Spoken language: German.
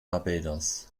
barbados